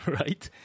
right